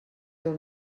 del